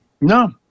No